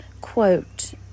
quote